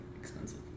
expensive